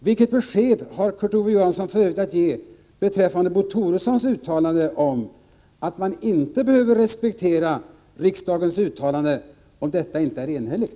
Vilket besked har Kurt Ove Johansson för övrigt att ge beträffande Bo Toressons yttrande att man inte behöver respektera riksdagens uttalande, om detta inte är enhälligt?